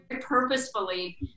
purposefully